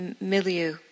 milieu